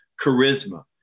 charisma